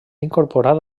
incorporat